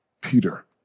Peter